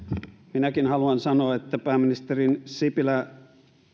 minäkin haluan sanoa että pääministeri sipilän